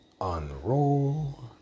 Unroll